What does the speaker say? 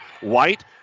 White